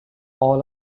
all